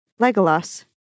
Legolas